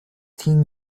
teen